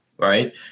Right